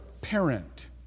parent